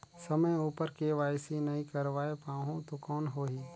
समय उपर के.वाई.सी नइ करवाय पाहुं तो कौन होही?